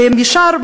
וישר,